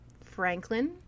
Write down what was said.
Franklin